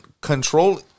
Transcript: control